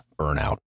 burnout